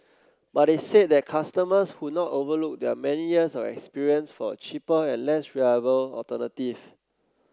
but they said that customers would not overlook their many years of experience for a cheaper and less reliable alternative